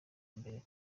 imbere